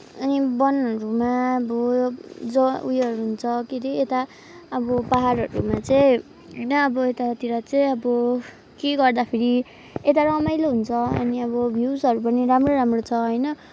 अनि वनहरूमा भोज उयोहरू हुन्छ के अरे यता अब पाहाडहरूमा चाहिँ होइन अब यतातिर चाहिँ अब के गर्दाखेरि यता रमाइलो हुन्छ अनि अब भ्युसहरू पनि राम्रो राम्रो छ होइन